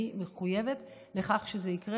אני מחויבת לכך שזה יקרה,